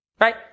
Right